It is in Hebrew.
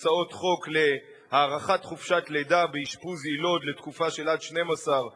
הצעות חוק להארכת חופשת לידה באשפוז יילוד לתקופה של עד 12 שבועות,